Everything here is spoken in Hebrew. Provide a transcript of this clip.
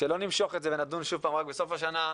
שלא נמשוך את זה ונדון שוב פעם רק בסוף השנה.